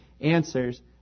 answers